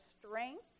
strength